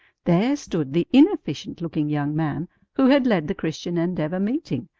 there stood the inefficient-looking young man who had led the christian endeavor meeting,